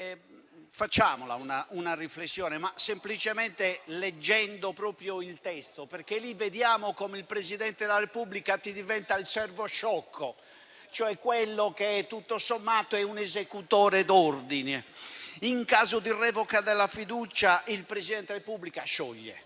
Facciamola una riflessione, leggendo semplicemente il testo, perché lì vediamo come il Presidente della Repubblica diventa il servo sciocco, cioè quello che, tutto sommato, è un esecutore di ordini. In caso di revoca della fiducia il Presidente della Repubblica scioglie